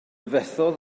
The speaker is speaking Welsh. fethodd